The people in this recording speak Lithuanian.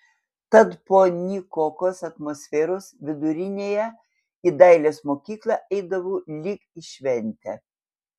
tad po nykokos atmosferos vidurinėje į dailės mokyklą eidavau lyg į šventę